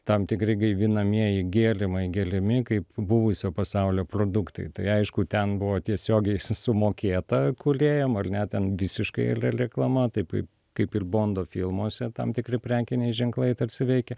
tam tikri gaivinamieji gėrimai geliami kaip buvusio pasaulio produktai tai aišku ten buvo tiesiogiai s sumokėta kūlėjam ar ne ten visiškai le reklama taipai kaip ir bondo filmuose tam tikri prekiniai ženklai tarsi veikia